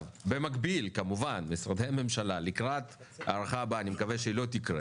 במקביל כמובן משרדי הממשלה לקראת ההארכה הבאה אני מקווה שהיא לא תקרה